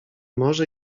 może